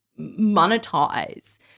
monetize